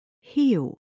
heal